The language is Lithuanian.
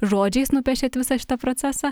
žodžiais nupiešėt visą šitą procesą